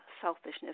selfishness